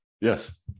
Yes